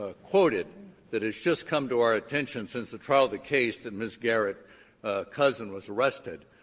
ah quoted that it's just come to our attention since the trial of the case that ms. garrett cousin was arrested.